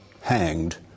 hanged